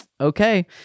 okay